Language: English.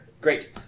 Great